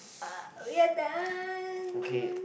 ah we are done